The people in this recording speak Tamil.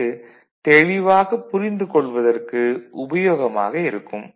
அது தெளிவாகப் புரிந்து கொள்வதற்கு உபயோகமாக இருக்கும்